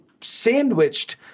sandwiched